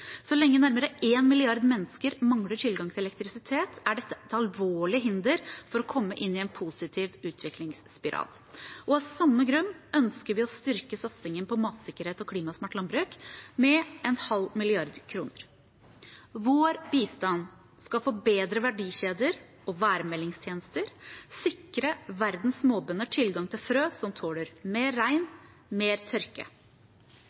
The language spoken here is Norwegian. Så lenge nærmere en milliard mennesker mangler tilgang til elektrisitet, er dette et alvorlig hinder for å komme inn i en positiv utviklingsspiral. Av samme grunn ønsker vi å styrke satsingen på matsikkerhet og klimasmart landbruk med en halv milliard kroner. Vår bistand skal forbedre verdikjeder og værmeldingstjenester, sikre verdens småbønder tilgang til frø som tåler mer regn, mer tørke.